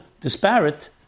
disparate